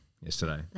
yesterday